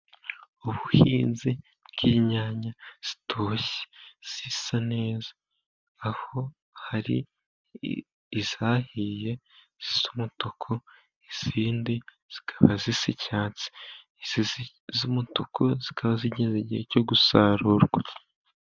Ubuhinzi bw'inyanya zitoshye zisa neza, aho hari izahiye z'umutuku, izindi zikaba zisa icyatsi, iz'umutuku zikaba zigeze igihe cyo gusarurwa.